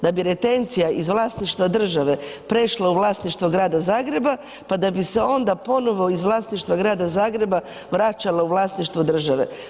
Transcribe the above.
Da bi retencija iz vlasništva države prešla u vlasništvo Grada Zagreba, pa da bi se onda ponovo iz vlasništva Grada Zagreba vraćalo u vlasništvo države.